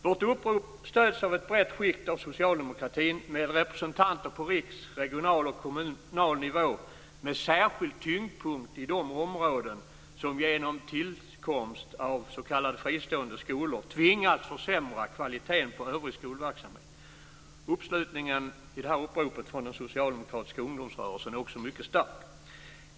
Vårt upprop stöds av ett brett skikt av socialdemokratin med representanter på riksnivå, på regional och kommunal nivå med särskild tyngdpunkt i de områden som genom tillkomst av s.k. fristående skolor tvingats försämra kvaliteten på övrig skolverksamhet. Uppslutningen från den socialdemokratiska ungdomsrörelsen är mycket stark.